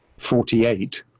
forty eight,